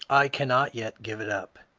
i cannot yet give it up.